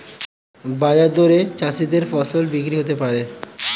বাজার দরে চাষীদের ফসল বিক্রি হতে পারে